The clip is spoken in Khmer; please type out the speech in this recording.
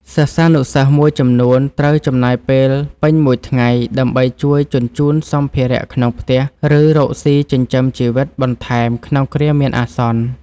សិស្សានុសិស្សមួយចំនួនត្រូវចំណាយពេលពេញមួយថ្ងៃ ដើម្បីជួយជញ្ជូនសម្ភារៈក្នុងផ្ទះ ឬរកស៊ីចិញ្ចឹមជីវិតបន្ថែមក្នុងគ្រាមានអាសន្ន។